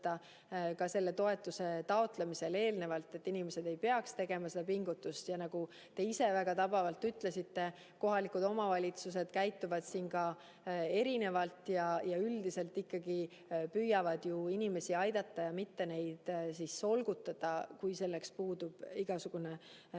juba toetuse taotlemisele eelnevalt, et inimesed ei peaks tegema ekstra pingutust. Nagu te ise väga tabavalt ütlesite, kohalikud omavalitsused käituvad erinevalt, aga üldiselt nad ikkagi püüavad inimesi aidata ja mitte neid solgutada, kui selleks puudub igasugune